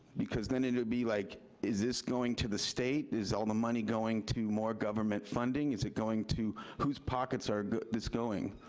because then it would be like, is this going to the state? is all the money going to more government funding? is it going to, whose pockets are this going?